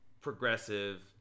progressive